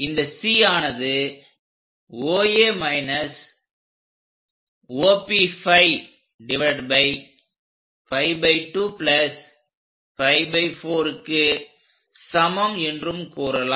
இந்த C ஆனது 𝜋2 𝜋4 க்கு சமம் என்றும் கூறலாம்